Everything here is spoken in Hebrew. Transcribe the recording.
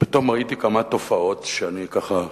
פתאום ראיתי כמה תופעות שאני, ככה,